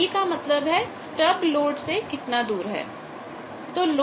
d का मतलब है स्टब लोड से कितना दूर है